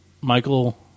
Michael